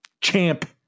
Champ